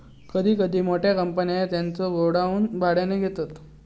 कधी कधी मोठ्या कंपन्या त्यांचे गोडाऊन भाड्याने घेतात